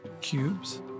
cubes